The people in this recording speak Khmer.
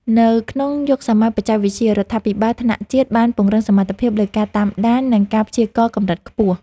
នៅក្នុងយុគសម័យបច្ចេកវិទ្យា រដ្ឋាភិបាលថ្នាក់ជាតិបានពង្រឹងសមត្ថភាពលើការតាមដាន និងការព្យាករណ៍កម្រិតខ្ពស់។